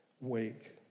Wake